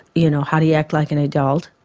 you know how do you act like an adult,